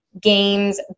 games